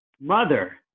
mother